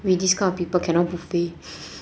we this kind of people cannot buffet